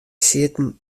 sieten